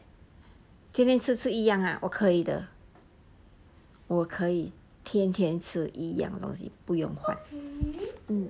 天天吃吃一样啊我可以的我可以天天吃一样东西不用紧